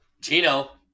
gino